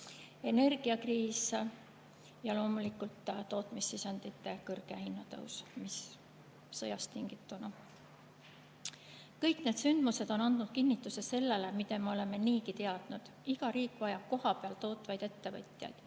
energiakriis ja loomulikult tootmissisendite hinna suur tõus sõjast tingituna. Kõik need sündmused on andnud kinnituse sellele, mida me oleme niigi teadnud. Iga riik vajab kohapeal tootvaid ettevõtjaid,